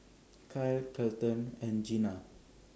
Kylee Kelton and Gena